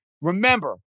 Remember